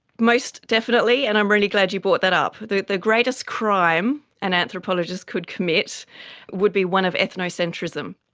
most definitely, and i'm really glad you brought that up. the the greatest crime an anthropologist could commit would be one of ethnocentrism.